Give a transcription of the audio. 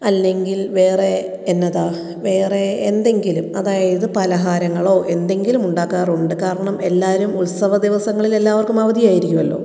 അല്ലെങ്കില് വേറേ എന്നതാണ് വേറെ എന്തെങ്കിലും അതായത് പലഹാരങ്ങളോ എന്തെങ്കിലും ഉണ്ടാക്കാറുണ്ട് കാരണം എല്ലാവരും ഉത്സവ ദിവസങ്ങളിൽ എല്ലാവര്ക്കും അവധിയായിരിക്കുമല്ലോ